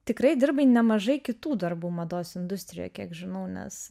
tikrai dirbai nemažai kitų darbų mados industrijoj kiek žinau nes